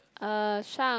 uh Shung